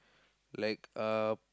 like uh